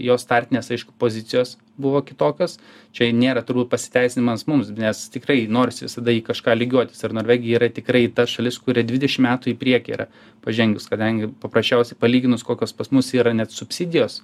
jos startinės aišku pozicijos buvo kitokios čia nėra turbūt pasiteisinimas mums nes tikrai norisi visada į kažką lygiuotis ir norvegija yra tikrai ta šalis kuria dvidešim metų į priekį yra pažengus kadangi paprasčiausiai palyginus kokios pas mus yra net subsidijos